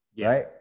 right